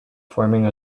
forming